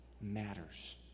matters